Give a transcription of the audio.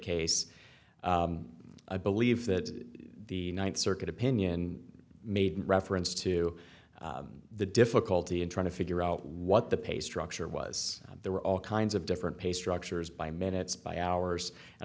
case i believe that the ninth circuit opinion made reference to the difficulty in trying to figure out what the pay structure was there were all kinds of different pay structures by minutes by hours